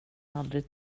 aldrig